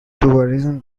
tourism